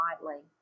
lightly